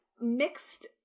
mixed